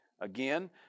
Again